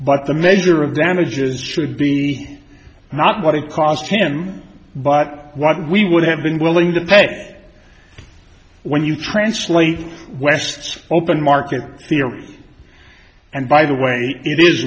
but the measure of damages should be not what it cost him but what we would have been willing to pay when you translate west's open market theory and by the way it is